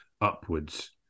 upwards